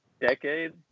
decade